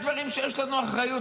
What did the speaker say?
יש דברים שיש לנו אחריות,